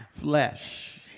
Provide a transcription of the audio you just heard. flesh